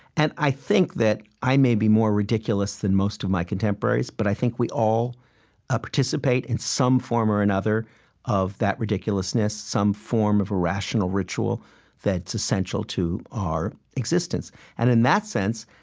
and i think that i may be more ridiculous than most of my contemporaries, but i think we all ah participate in some form or another of that ridiculousness, some form of irrational ritual that's essential to our existence and in that sense,